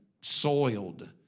soiled